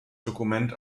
dokument